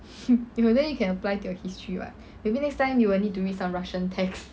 you then you can apply to your history [what] maybe next time you will need to read some russian text